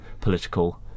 political